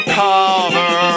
cover